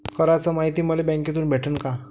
कराच मायती मले बँकेतून भेटन का?